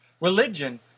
Religion